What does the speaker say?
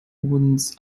uns